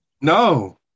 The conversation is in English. No